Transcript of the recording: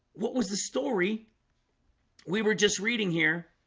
what was the story we were just reading here